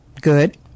Good